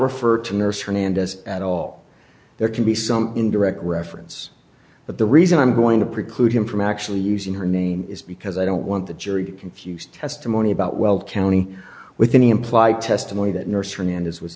refer to nurse hernandez at all there can be some indirect reference but the reason i'm going to preclude him from actually using her name is because i don't want the jury confused testimony about weld county with any implied testimony that nursery and is was